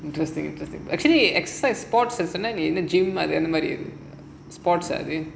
interesting interesting actually except sports in the gym எந்த மாதிரி அது:endha maadhiri adhu